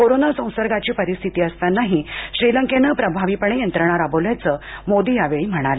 corona संसर्गाची परिस्थिती असतानाही श्रीलंकेनं प्रभावीपणं यंत्रणा राबविल्याचं मोदी यावेळी म्हणाले